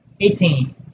Eighteen